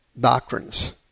doctrines